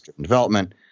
Development